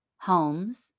homes